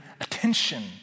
attention